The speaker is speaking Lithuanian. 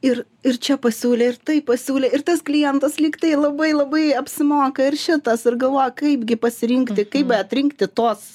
ir ir čia pasiūlė ir tai pasiūlė ir tas klientas lyg tai labai labai apsimoka ir šitas ir galvoju kaipgi pasirinkti kaip beatrinkti tuos